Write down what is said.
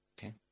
Okay